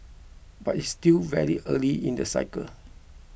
but it's still very early in the cycle